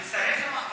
אז יאללה, תצטרף למאבק.